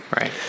right